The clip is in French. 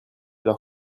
leur